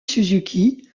suzuki